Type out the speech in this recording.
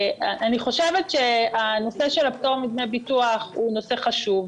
אני חושבת שהנושא של הפטור מדמי ביטוח הוא נושא חשוב,